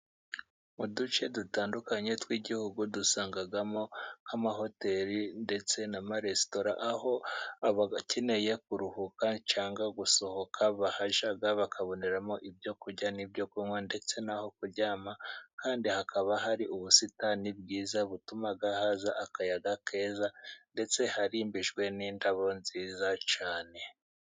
Mu duce dutandukanye tw'igihugu dusangamo nk'amahoteli ndetse n'amaresitora, aho abakeneye kuruhuka cyangwa gusohoka bahajya bakaboneramo ibyo kurya n'ibyo kunywa ndetse naho kuryama, kandi hakaba hari ubusitani bwiza butuma haza akayaga keza ndetse harimbijwe n'indabo nziza cyane.